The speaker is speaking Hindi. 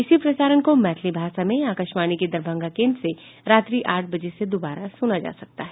इसी प्रसारण को मैथिली भाषा में आकाशवाणी के दरभंगा केन्द्र से रात्रि आठ बजे से दोबारा सुना जा सकता है